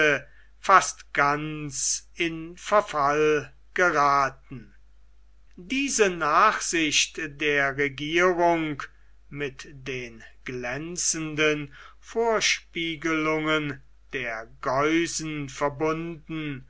fast ganz in verfall gerathen diese nachsicht der regierung mit den glänzenden vorspiegelungen der geusen verbunden